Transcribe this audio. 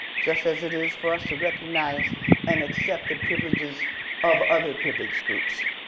just as it is for us to recognize and accept the privileges of other privileged groups.